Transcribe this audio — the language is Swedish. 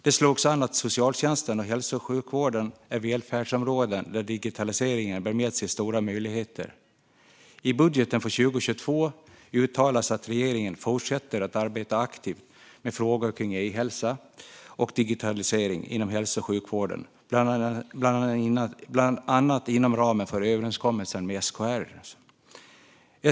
Det slogs an att socialtjänsten och hälso och sjukvården är välfärdsområden där digitaliseringen bär med sig stora möjligheter. I budgeten för 2022 uttalas att regeringen fortsätter att arbeta aktivt med frågor kring e-hälsa och digitalisering inom hälso och sjukvården, bland annat inom ramen för överenskommelsen med SKR.